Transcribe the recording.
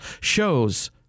shows